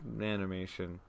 animation